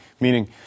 meaning